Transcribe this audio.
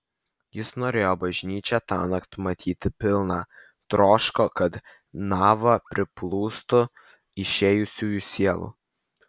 jis norėjo bažnyčią tąnakt matyti pilną troško kad nava priplūstų išėjusiųjų sielų